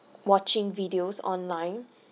watching videos online